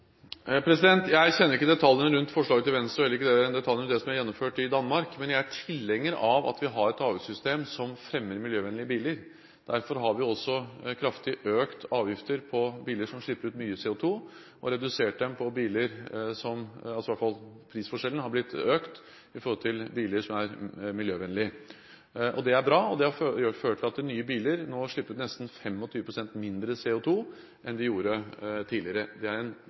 Jeg kjenner ikke detaljene rundt forslaget fra Venstre og heller ikke detaljene rundt det som er gjennomført i Danmark, men jeg er tilhenger av at vi skal ha et avgiftssystem som fremmer miljøvennlige biler. Derfor har vi også økt kraftig avgifter på biler som slipper ut mye CO2. Så prisforskjellen i forhold til biler som er miljøvennlige, har økt. Det er bra, og det har ført til at nye biler nå slipper ut nesten 25 pst. mindre CO2 enn de gjorde tidligere. Det er